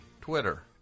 twitter